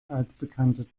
altbekannte